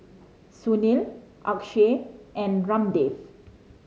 Sunil Akshay and Ramdev